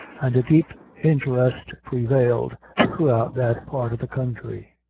and a deep interest prevailed throughout that part of the country.